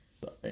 Sorry